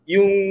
Yung